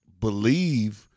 believe